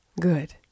Good